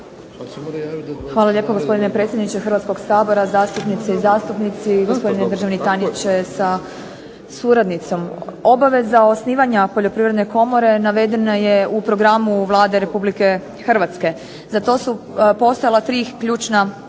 Hvala lijepo gospodine predsjedniče Hrvatskoga sabora, zastupnice i zastupnici, gospodine državni tajniče sa suradnicom. Obaveza osnivanja Poljoprivredne komore navedena je u Programu Vlade Republike Hrvatske. Za to su postojala tri ključna